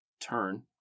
turn